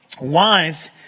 Wives